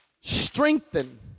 strengthen